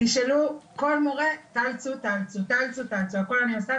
תשאלו כל מורה, "טלצו", "טלצו", הכל אני עושה.